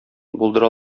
булдыра